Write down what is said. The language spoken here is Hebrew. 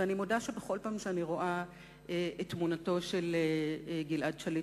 ואני מודה שבכל פעם שאני רואה את תמונתו של גלעד שליט,